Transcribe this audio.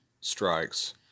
Strikes